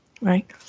Right